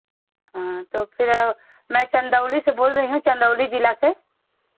तो फिर मैं चंदौली से बोल रही हूँ चंदौली जिला से